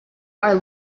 are